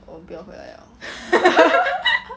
我不要回来 liao